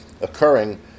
occurring